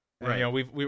Right